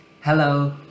Hello